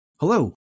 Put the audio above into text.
Hello